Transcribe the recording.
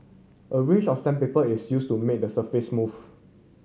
a range of sandpaper is used to make the surface smooth